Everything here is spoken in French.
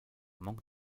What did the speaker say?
manque